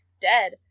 dead